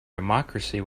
democracy